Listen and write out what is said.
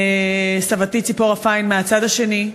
סבתי צפורה פיין, מהצד השני.